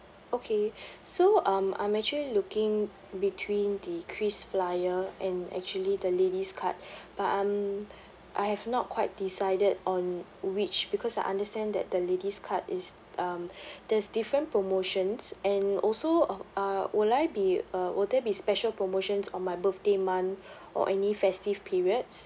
okay so um I'm actually looking between the kris flyer and actually the ladies card but I'm I have not quite decided on which because I understand that the ladies card is um there's different promotions and also uh uh would I be uh will there be special promotions on my birthday month or any festive periods